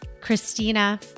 Christina